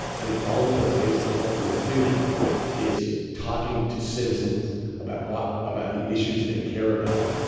but in all of those cases, what we're doing is talking to citizens about what about the issues they care about,